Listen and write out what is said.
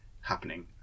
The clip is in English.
happening